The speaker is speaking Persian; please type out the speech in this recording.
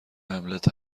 هملت